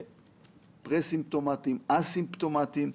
פרה-סימפטומטיים, א-סימפטומטיים,